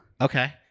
okay